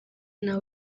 nta